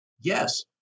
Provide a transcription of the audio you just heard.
Yes